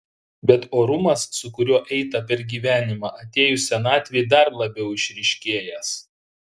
bet orumas su kuriuo eita per gyvenimą atėjus senatvei dar labiau išryškėjęs